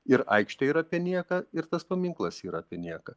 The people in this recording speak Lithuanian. ir aikštė yra apie nieką ir tas paminklas yra apie nieką